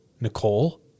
Nicole